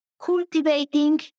cultivating